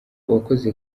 uwakoze